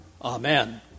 Amen